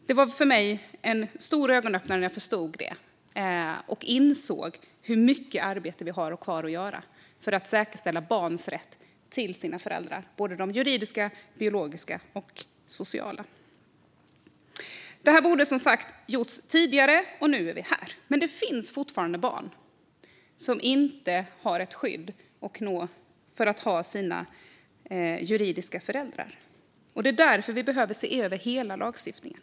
Det var för mig en stor ögonöppnare när jag förstod det och insåg hur mycket arbete vi har kvar att göra för att säkerställa barns rätt till sina föräldrar - juridiska, biologiska och sociala. Detta borde som sagt ha gjorts tidigare, och nu är vi här. Men det finns fortfarande barn som inte har ett skydd för att ha sina juridiska föräldrar, och därför behöver vi se över hela lagstiftningen.